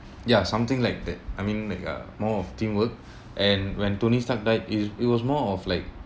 ya something like that I mean like a more of teamwork and when tony stark died it is it was more of like